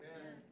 amen